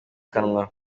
kanwa